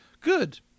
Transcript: Good